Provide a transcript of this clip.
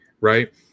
right